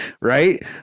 Right